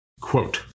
Quote